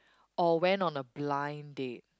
or went on a blind date